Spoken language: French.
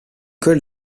col